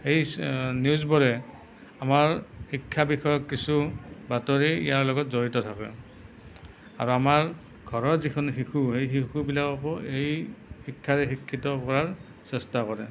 এই নিউজবোৰে আমাৰ শিক্ষা বিষয়ক কিছু বাতৰি ইয়াৰ লগত জড়িত থাকে আৰু আমাৰ ঘৰৰ যিখিনি শিশু সেই শিশুবিলাককো এই শিক্ষাৰে শিক্ষিত হোৱাৰ চেষ্টা কৰে